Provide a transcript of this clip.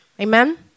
Amen